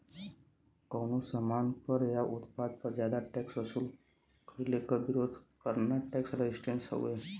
कउनो सामान पर या उत्पाद पर जादा टैक्स वसूल कइले क विरोध करना टैक्स रेजिस्टेंस हउवे